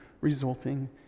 resulting